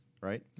right